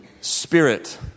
spirit